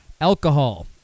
alcohol